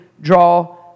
draw